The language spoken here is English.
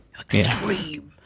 Extreme